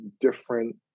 different